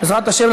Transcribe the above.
בעזרת השם,